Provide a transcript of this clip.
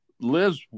Liz